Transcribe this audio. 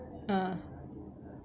ah